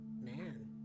Man